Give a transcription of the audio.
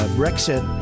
brexit